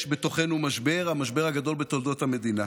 יש בתוכנו משבר, המשבר הגדול בתולדות המדינה,